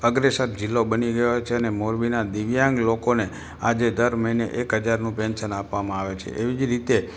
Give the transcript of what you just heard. અગ્રેસર જિલ્લો બની ગયો છે અને મોરબીના દિવ્યાંગ લોકોને આજે દર મહિને એક હજારનું પેન્શન આપવામાં આવે છે એવી જ રીતે